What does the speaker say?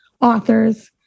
authors